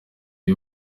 iyo